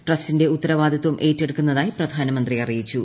ട്രസ്റ്റിന്റെ ഉത്തരവാദിത്വം ഏറ്റെടുക്കുന്നതായി പ്രധാനമന്ത്രി അറിയിച്ചു